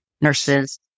nurses